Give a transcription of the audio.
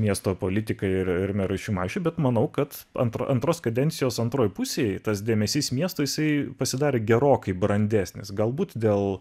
miesto politikai ir ir merui šimašiui bet manau kad antro antros kadencijos antroje pusėje tas dėmesys miestui jisai pasidarė gerokai brandesnis galbūt dėl